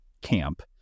camp